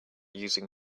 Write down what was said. using